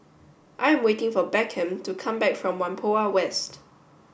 I am waiting for Beckham to come back from Whampoa West